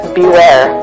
beware